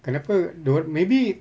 kenapa dia o~ maybe